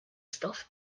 stuff